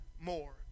more